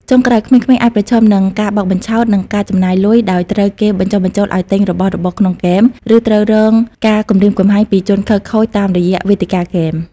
ចុងក្រោយ ក្មេងៗអាចប្រឈមនឹង ការបោកបញ្ឆោត និងការចំណាយលុយ ដោយត្រូវគេបញ្ចុះបញ្ចូលឱ្យទិញរបស់របរក្នុងហ្គេម ឬត្រូវរងការគំរាមកំហែងពីជនខិលខូចតាមរយៈវេទិកាហ្គេម។